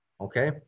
okay